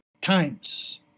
times